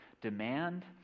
demand